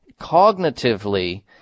cognitively